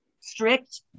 strict